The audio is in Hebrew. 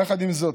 יחד עם זאת,